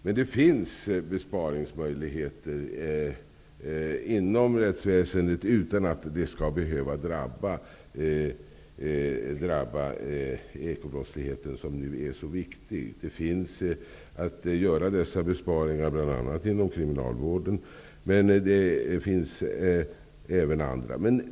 Men det finns besparingsmöjligheter inom rättsväsendet utan att det skall behöva drabba ekobrottsligheten som är så viktig. Det finns möjligheter bl.a. inom kriminalvården, men även inom andra områden.